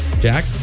Jack